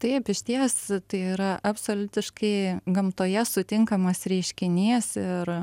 taip išties tai yra absoliutiškai gamtoje sutinkamas reiškinys ir